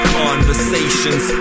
conversations